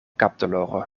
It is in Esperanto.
kapdoloro